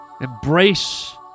Embrace